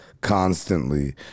constantly